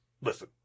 listen